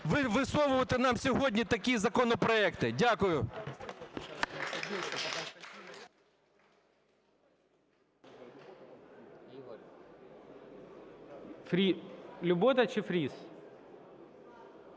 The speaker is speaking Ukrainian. висовувати нам сьогодні такі законопроекти. Дякую.